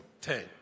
Ten